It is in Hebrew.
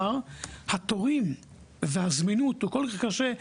אין תורים והזמינות קשה.